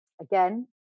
again